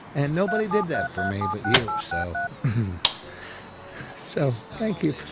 and nobody did that for me, but you, so so thank you for